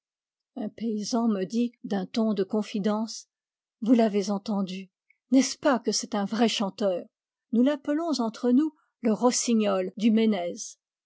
un paysan me dit d'un ton de confidence vous l'avez entendu n'est-ce pas que c'est un vrai chanteur nous l'appelons entre nous le rossignol du